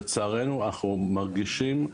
לצערנו אנחנו מרגישים,